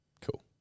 Cool